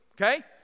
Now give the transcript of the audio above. Okay